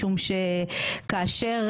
משום שכאשר